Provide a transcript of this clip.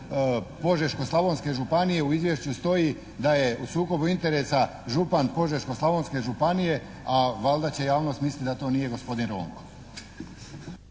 Požeško-slavonske županije u izvješću stoji da je u sukobu interesa župan Požeško-slavonske županije, a valjda će javnost misliti da to nije gospodin Ronko.